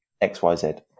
XYZ